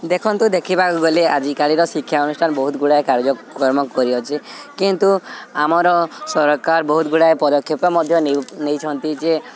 ଦେଖନ୍ତୁ ଦେଖିବାକୁ ଗଲେ ଆଜିକାଲିର ଶିକ୍ଷା ଅନୁଷ୍ଠାନ ବହୁତ ଗୁଡ଼ାଏ କାର୍ଯ୍ୟକ୍ରମ କରିଅଛି କିନ୍ତୁ ଆମର ସରକାର ବହୁତ ଗୁଡ଼ାଏ ପଦକ୍ଷେପ ମଧ୍ୟ ନେଇଛନ୍ତି ଯେ